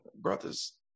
Brothers